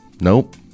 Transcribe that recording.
Nope